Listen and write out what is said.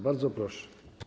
Bardzo proszę.